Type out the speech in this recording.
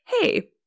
hey